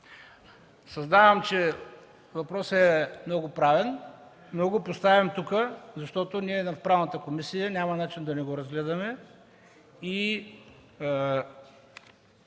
Съзнавам, че въпросът е много правен, но го поставям тук, защото в Правната комисия няма начин да не го разгледаме.